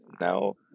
now